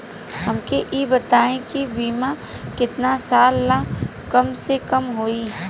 हमके ई बताई कि बीमा केतना साल ला कम से कम होई?